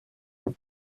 long